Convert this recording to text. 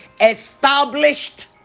established